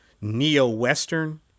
neo-Western